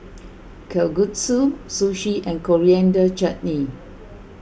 Kalguksu Sushi and Coriander Chutney